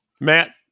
Matt